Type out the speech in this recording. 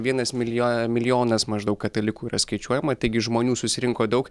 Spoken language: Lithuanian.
vienas milijo milijonas maždaug katalikų yra skaičiuojama taigi žmonių susirinko daug